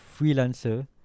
freelancer